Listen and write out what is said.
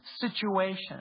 situation